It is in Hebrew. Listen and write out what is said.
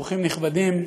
אורחים נכבדים,